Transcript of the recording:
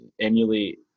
emulate